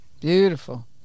beautiful